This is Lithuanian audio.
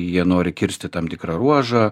jie nori kirsti tam tikrą ruožą